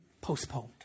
postponed